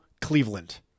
Cleveland